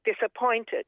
disappointed